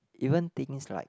even things like